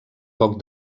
poc